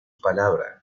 palabra